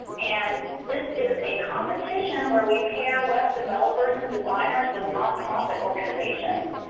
and this is a competition where we pair web developers and designers with nonprofit organizations.